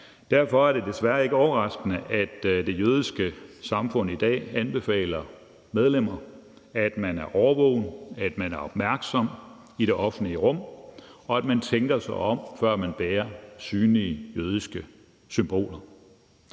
Derfor er det desværre ikke overraskende, at det jødiske samfund i dag anbefaler medlemmerne, at man er årvågen, at man er opmærksom i det offentlige rum, og at man tænker sig om, før man bærer synlige jødiske symboler.